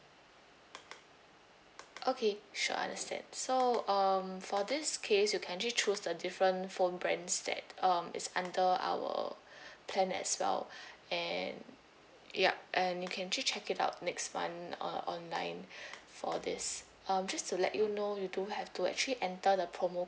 okay sure I understand so um for this case you can actually choose the different phone brands that um is under our plan as well and ya and you can still check it out next month uh online for this um just to let you know you do have to actually enter the promo